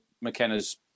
McKenna's